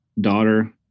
daughter